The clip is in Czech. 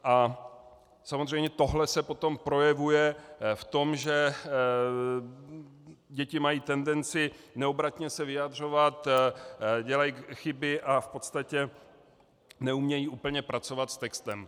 A samozřejmě tohle se potom projevuje v tom, že děti mají tendenci neobratně se vyjadřovat, dělají chyby a v podstatě neumějí úplně pracovat s textem.